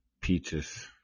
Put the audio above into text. peaches